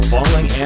Falling